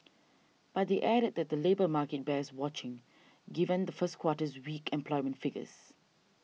but they added that the labour market bears watching given the first quarter's weak employment figures